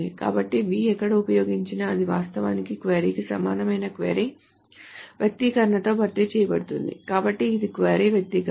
కాబట్టి v ఎక్కడ ఉపయోగించినా అది వాస్తవానికి క్వరీకు సమానమైన క్వరీ వ్యక్తీకరణతో భర్తీ చేయబడుతుంది కాబట్టి ఇది క్వరీ వ్యక్తీకరణ